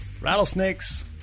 rattlesnakes